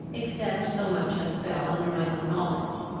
except so much as fell under my own knowledge,